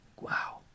wow